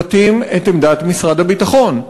האם הם מבטאים את עמדת משרד הביטחון?